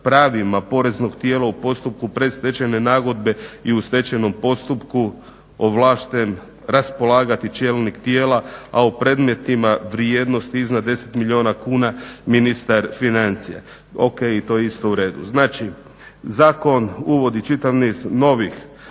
pravima poreznog tijela u postupku predstečajne nagodbe i u stečajnom postupku ovlašten raspolagati čelnik tijela a o predmetima vrijednost iznad 10 milijuna kuna ministar financija. O.k. i to je isto uredu. Znači zakon uvodi čitav niz novih